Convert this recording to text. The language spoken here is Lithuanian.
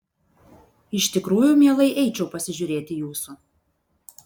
iš tikrųjų mielai eičiau pasižiūrėti jūsų